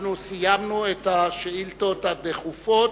אנחנו סיימנו את השאילתות הדחופות.